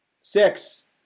Six